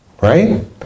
right